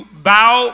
bow